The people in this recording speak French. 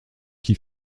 qui